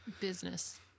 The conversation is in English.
business